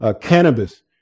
cannabis